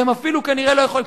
שהם אפילו כנראה לא יכולים,